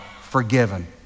forgiven